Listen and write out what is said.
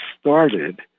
started